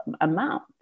amount